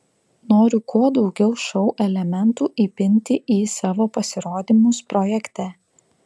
noriu kuo daugiau šou elementų įpinti į savo pasirodymus projekte